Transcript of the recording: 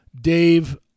Dave